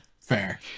fair